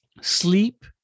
sleep